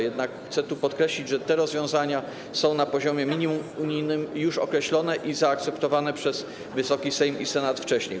Jednak chcę podkreślić, że te rozwiązania są na poziomie minimum unijnym już określone i zostały zaakceptowane przez Wysoki Sejm i Senat wcześniej.